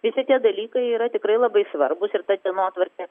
visi tie dalykai yra tikrai labai svarbūs ir ta dienotvarkė